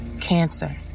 Cancer